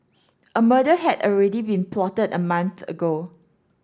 a murder had already been plotted a month ago